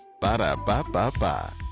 Ba-da-ba-ba-ba